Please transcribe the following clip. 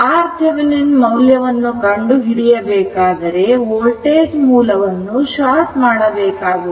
RThevenin ಮೌಲ್ಯವನ್ನು ಕಂಡು ಹಿಡಿಯಬೇಕಾದರೆ ವೋಲ್ಟೇಜ್ ಮೂಲವನ್ನು ಶಾರ್ಟ್ ಮಾಡಬೇಕಾಗುತ್ತದೆ